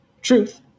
Truth